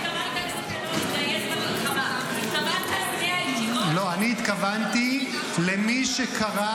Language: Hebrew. השר קרעי, אתה התכוונת למי שלא